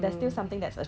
ah